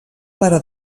pare